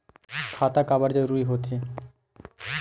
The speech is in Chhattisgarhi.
खाता काबर जरूरी हो थे?